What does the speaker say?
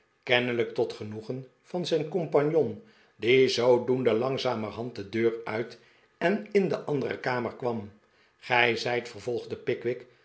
kennelijk tot genoegen van zijn compagnon die ztfodoende langzamerhand de deur uit en in de andere kamer kwam gij zijt vervolgde pickwick